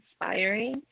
inspiring